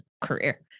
career